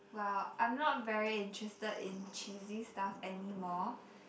well I'm not very interested in cheesy stuff anymore